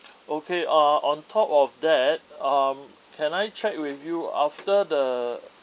okay uh on top of that um can I check with you after the